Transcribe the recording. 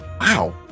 Wow